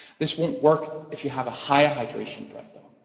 this won't work if you have a higher hydration bread though.